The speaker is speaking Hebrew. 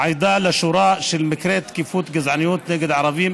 עדה לשורה של מקרי תקיפות גזעניות נגד ערבים